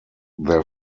their